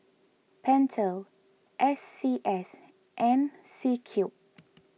Pentel S C S and C Cube